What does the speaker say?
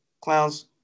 Clowns